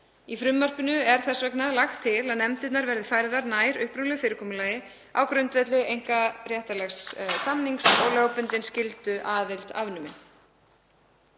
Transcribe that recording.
Í frumvarpinu er þess vegna lagt til að nefndirnar verði færðar nær upprunalegu fyrirkomulagi á grundvelli einkaréttarlegs samnings og lögbundin skylduaðild afnumin.